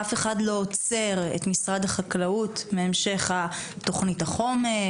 אף אחד לא עוצר את משרד החקלאות מהמשך תוכנית החומש,